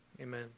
Amen